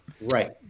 Right